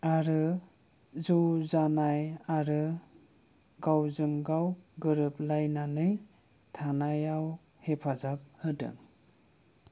आरो जौ जानाय आरो गावजोंगाव गोरोबलायनानै थानायाव हेफाजाब होदों